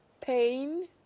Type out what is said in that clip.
pain